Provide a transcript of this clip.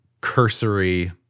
cursory